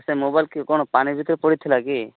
ସେ ମୋବାଇଲ କି କ'ଣ ପାଣି ଭିତରେ ପଡ଼ିଥିଲା କି